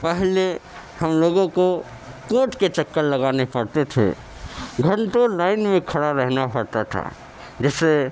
پہلے ہم لوگوں کو کورٹ کے چکر لگانے پڑتے تھے گھنٹوں لائن میں کھڑا رہنا پڑتا تھا جیسے